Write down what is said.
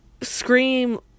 scream